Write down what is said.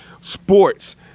sports